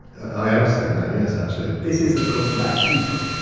i am saying that yes actually this is, of course about people,